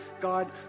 God